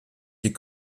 die